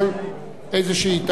נע בין 20 ל-21.